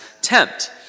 tempt